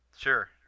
Sure